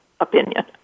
opinion